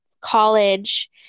college